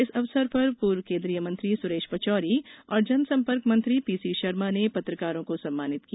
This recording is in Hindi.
इस अवसर पर पूर्व केन्द्रीय मंत्री सुरेश पचौरी और जनसंपर्क मंत्री पीसीशर्मा ने पत्रकारों को सम्मानित किया